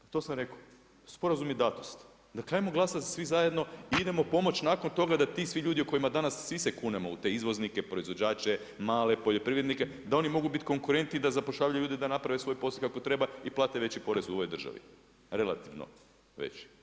To sam rekao sporazum je … dakle ajmo glasati svi zajedno i idemo pomoći nakon toga da ti svi ljudi o kojima danas svi se kunemo u te izvoznike, proizvođače, male poljoprivrednike da oni mogu biti konkurentniji i da zapošljavaju ljude da naprave svoj posao kako treba i plate veći porez u ovoj državi, relativno veći.